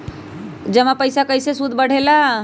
जमा पईसा के कइसे सूद बढे ला?